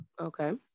Okay